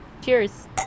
Cheers